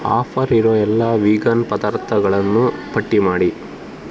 offer ಇರೋ ಎಲ್ಲ vegan ಪದಾರ್ಥಗಳನ್ನೂ ಪಟ್ಟಿ ಮಾಡಿ